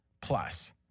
plus